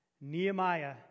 Nehemiah